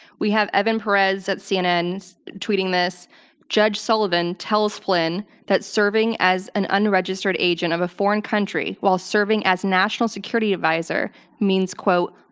we have evan perez at cnn tweeting this judge sullivan tells flynn that serving as an unregistered agent of a foreign country while serving as national security adviser means, quote,